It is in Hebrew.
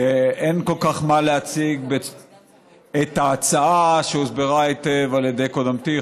אין כל כך מה להציג את ההצעה שהוסברה היטב על ידי קודמתי,